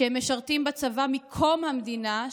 שהם משרתים בצבא מקום המדינה,